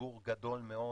ציבור גדול מאוד